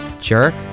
Jerk